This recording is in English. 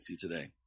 today